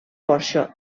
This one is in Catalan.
porxo